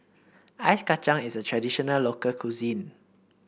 Ice Kachang is a traditional local cuisine